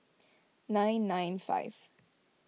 nine nine five